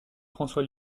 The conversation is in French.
françois